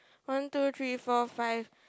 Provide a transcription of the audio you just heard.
one two three four five